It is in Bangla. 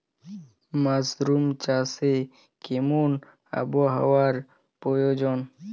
মাসরুম চাষে কেমন আবহাওয়ার প্রয়োজন?